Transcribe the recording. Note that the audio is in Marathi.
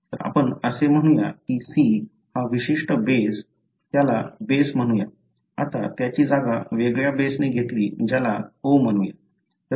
तर आपण असे म्हणूया की C हा विशिष्ट बेस त्याला बेस म्हणूया आता त्याची जागा वेगळ्या बेसने घेतली ज्याला आपण O म्हणूया